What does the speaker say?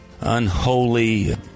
unholy